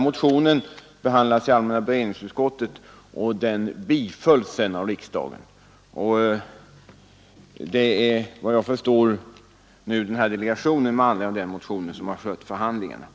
Motionen behandlades av allmänna beredningsutskottet och bifölls sedan av riksdagen. Såvitt jag förstår har förhandlingarna nu skötts av denna delegation som tillsattes med anledning av motionen.